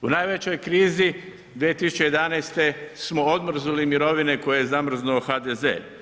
U najvećoj krizi 2011. smo odmrznuli mirovine koje je zamrznuo HDZ.